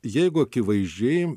jeigu akivaizdžiai